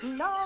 no